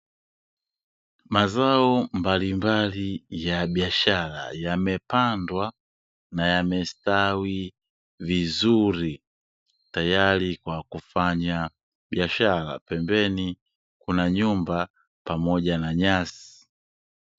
Mazao mbalimbali ya biashara, yamepandwa na yamestawi vizuri tayari kwa kufanya biashara pembeni kuna nyumba pamoja na nyasi.